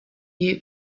you